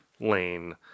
lane